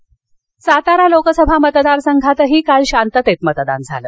सातारा सातारा लोकसभा मतदारसंघातही काल शांततेत मतदान झालं